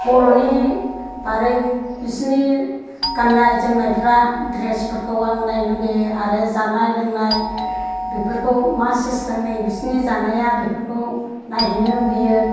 बर'नि बादै बिसोरनि गाननाय जोमनायफ्रा द्रेसफोरखौ आङो नायनो लुगैयो आरो जानाय लोंनाय बेफोरखौ मा सिस्टेमै बिसोरनि जानाया बेफोरखौ नायहैनो लुगैयो